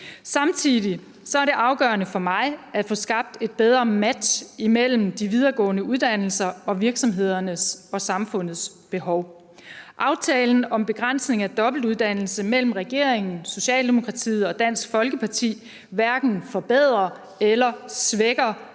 Samtidig er det afgørende for mig at få skabt et bedre match imellem de videregående uddannelser og virksomhedernes og samfundets behov. Aftalen om begrænsning af dobbeltuddannelse mellem regeringen, Socialdemokratiet og Dansk Folkeparti hverken forbedrer eller svækker